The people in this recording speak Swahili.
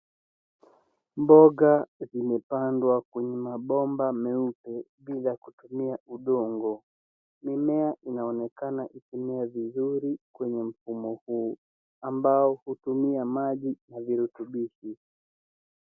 Mboga zimepandwa kwenye mabomba meupe bila kutumia udongo .Mimea inaonekana ikimea vizuri kwenye mfumo huu, ambao hutumia maji na virutubishi.